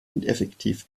ineffektiv